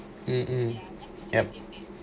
mm yup